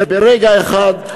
ברגע אחד,